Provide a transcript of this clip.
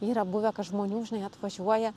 yra buvę kad žmonių žinai atvažiuoja